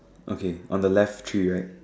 okay on the left tree right